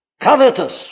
Covetous